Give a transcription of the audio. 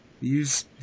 Use